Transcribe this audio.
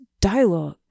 dialogue